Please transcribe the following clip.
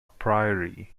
priori